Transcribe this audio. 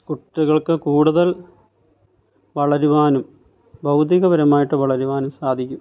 കുട്ടികൾക്ക് കൂടുതൽ വളരുവാനും ഭൗതികപരമായിട്ട് വളരുവാനും സാധിക്കും